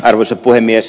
arvoisa puhemies